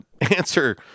answer